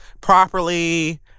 properly